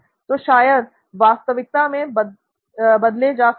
तो शब्द वास्तविकता में बदले जा सकते हैं